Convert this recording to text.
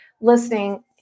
listening